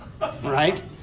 right